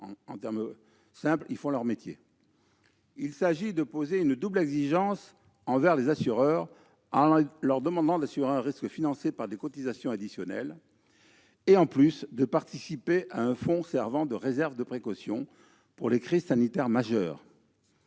En d'autres termes, ils font leur métier. Il s'agit de poser une double exigence envers les assureurs, en leur demandant d'assurer un risque financé par des cotisations additionnelles et, en plus, de participer à un fonds servant de « réserve de précaution » pour les crises sanitaires majeures.